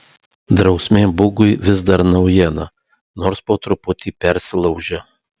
drausmė bugui vis dar naujiena nors po truputį persilaužia